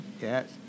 yes